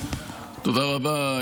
תודה רבה.